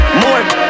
more